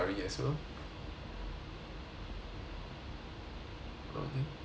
okay